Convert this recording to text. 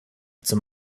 zum